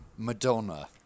Madonna